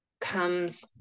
comes